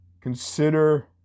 Consider